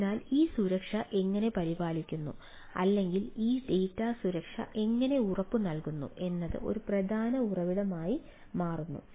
അതിനാൽ ഈ സുരക്ഷ എങ്ങനെ പരിപാലിക്കുന്നു അല്ലെങ്കിൽ ഈ ഡാറ്റ സുരക്ഷ എങ്ങനെ ഉറപ്പുനൽകുന്നു എന്നത് ഒരു പ്രധാന ഉറവിടമായി മാറുന്നു